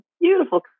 beautiful